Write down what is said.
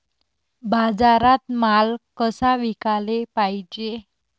बाजारात माल कसा विकाले पायजे?